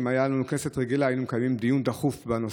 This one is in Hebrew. שאם הייתה לנו כנסת רגילה היינו מקיימים דיון דחוף בנושא.